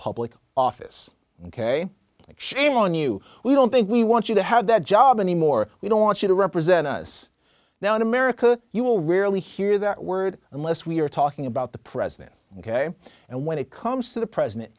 public office ok shame on you we don't think we want you to have that job any more we don't want you to represent us now in america you will rarely hear that word unless we are talking about the president ok and when it comes to the president